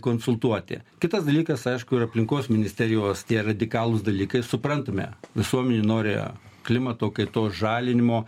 konsultuoti kitas dalykas aišku ir aplinkos ministerijos tie radikalūs dalykai suprantame visuomenė nori klimato kaitos žalinimo